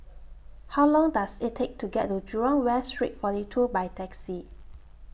How Long Does IT Take to get to Jurong West Street forty two By Taxi